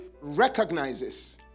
recognizes